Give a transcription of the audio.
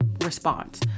response